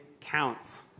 counts